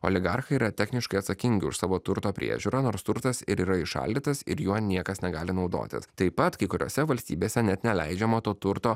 oligarchai yra techniškai atsakingi už savo turto priežiūrą nors turtas ir yra įšaldytas ir juo niekas negali naudotis taip pat kai kuriose valstybėse net neleidžiama to turto